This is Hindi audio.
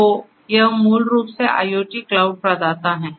तो यह मूल रूप से IoT क्लाउड प्रदाता हैं